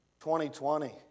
2020